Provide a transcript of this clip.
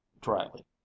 dryly